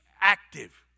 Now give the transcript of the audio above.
active